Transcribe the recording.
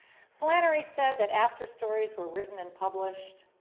flannery said that after stories were written and published,